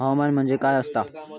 हवामान म्हणजे काय असता?